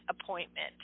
appointment